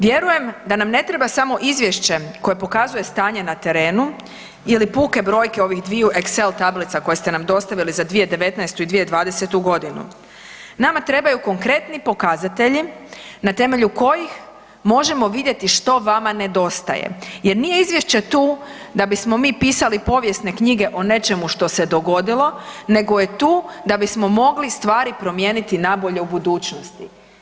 Vjerujem da nam ne treba samo izvješće koje pokazuje stanje na terenu ili puke brojke ovih dviju Excel tablica koje ste nam dostavili za 2019. i 2020.g. Nama trebaju konkretni pokazatelji na temelju kojih možemo vidjeti što vama nedostaje jer nije izvješće tu da bismo mi pisali povijesne knjige o nečemu što se dogodilo nego je tu da bismo mogli stvari promijeniti nabolje u budućnosti.